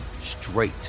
straight